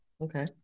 Okay